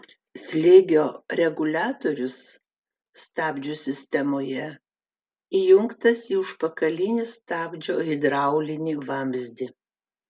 slėgio reguliatorius stabdžių sistemoje įjungtas į užpakalinį stabdžio hidraulinį vamzdį